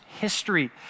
history